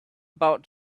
about